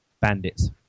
bandits